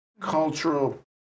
cultural